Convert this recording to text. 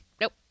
Nope